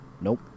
Nope